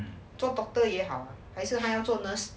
做 proper 也好每次还要做 nurse